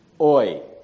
Oi